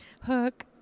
Hook